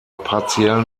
partiellen